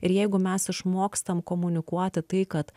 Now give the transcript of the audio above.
ir jeigu mes išmokstam komunikuoti tai kad